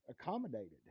accommodated